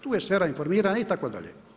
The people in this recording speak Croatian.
Tu je sfera informiranja itd.